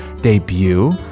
debut